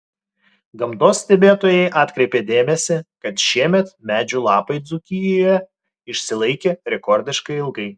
gamtos stebėtojai atkreipė dėmesį kad šiemet medžių lapai dzūkijoje išsilaikė rekordiškai ilgai